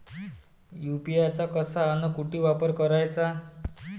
UPI चा कसा अन कुटी वापर कराचा?